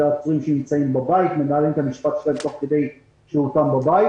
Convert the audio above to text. אלו עצורים שנמצאים בבית ומנהלים את המשפט שלהם תוך כדי שהותם בבית